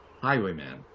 Highwayman